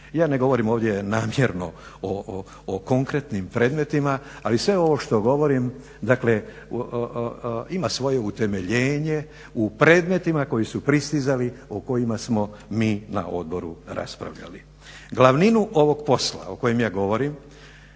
Ja ne govorim ovdje namjerno o konkretnim predmetima, ali sve ovo što govorim ima svoje utemeljenje u predmetima koji su pristizali, o kojima smo mi na odboru raspravljali. Glavninu ovog posla o kojem ja govorim